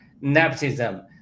nepotism